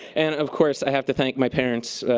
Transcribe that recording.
and of course, i have to thank my parents,